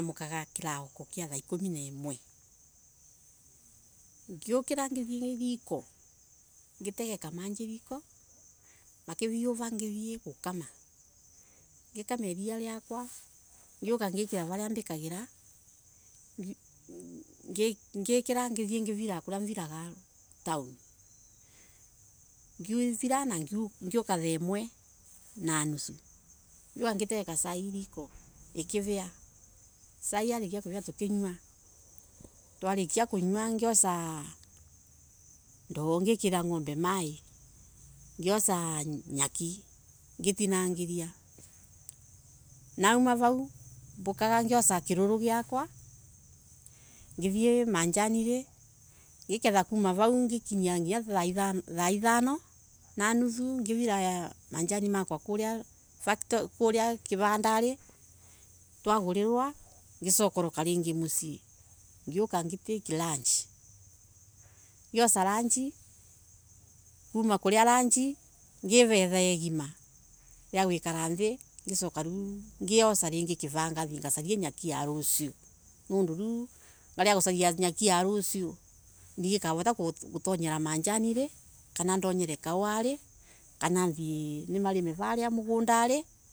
Namukaga kiraoko kia thaa ikumi na imwe ngiukira githie riku ngitega maji riko makiriuva ngithie gukama, ngiuka na iria riakwa ngikira varia mbekagira ngevira kuria viraga taoni ngevira na ngioka thaa imwe na nusu ngitega cai riiko ikkivia caai yalikia kuvia tukinyua ngeosa ndoo ngikiria ngombe mai ngiosa nyaki ngitanangia nauma vau mbukaga ngiosa kiroro giakwakiroro ngithie majanire ngeketha nginya thaa ithano na nuthu ngevia facto kivondari twagurirwa ngiosoka ringi mucii ngioka ngi take lunch ngiosa landi kuma kuria lanji ngiiva ithaa igima ria gwikira thii ngiosa kivanga na kuthie gusaria nyaki ya vucio nundu riu ngariga kusalia nyaki ya rucio ndingekavota gutonyela majanire kana donyore. Kahowire na thie ndimalime lime.